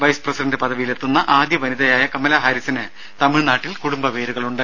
vice president പദവിയിലെത്തുന്ന ആദ്യ വനിതയായ കമലാ ഹാരിസിന് തമിഴ്നാട്ടിൽ കുടുംബവേരുകളുണ്ട്